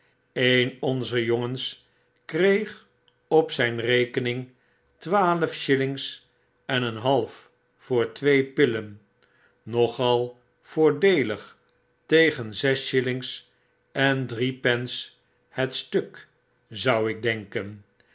een onzer jongens kreeg op zyn rekening twaalf shillings en een half voor twee pillen nogal voordeelig tegen zes shillings en drie pence het stuk zou ik denken